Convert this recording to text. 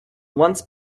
once